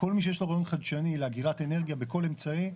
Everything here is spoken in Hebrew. כל מי שיש לו רעיון חדשני לאגירת אנרגיה בכל אמצעי,